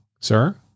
sir